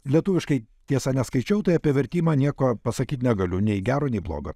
lietuviškai tiesa neskaičiau tai apie vertimą nieko pasakyt negaliu nei gero nei blogo